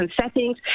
settings